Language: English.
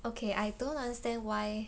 okay I don't understand why